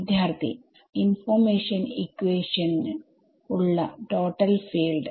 വിദ്യാർത്ഥി ഇൻഫർമേഷൻ ഇക്വേഷന് ഉള്ള ടോട്ടൽ ഫീൽഡ്